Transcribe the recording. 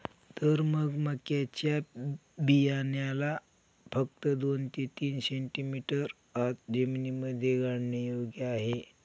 तर मग मक्याच्या बियाण्याला फक्त दोन ते तीन सेंटीमीटर आत जमिनीमध्ये गाडने योग्य आहे